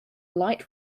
light